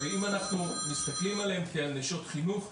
אם אנחנו מסתכלים עליהן כעל נשות חינוך,